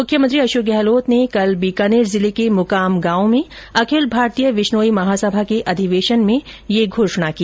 मुख्यमंत्री अशोक गहलोत ने कल बीकानेर जिले के मुकाम गांव में अखिल भारतीय विश्नोई महासभा के अधिवेशन में ये घोषणा की